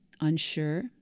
unsure